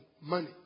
money